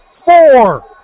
four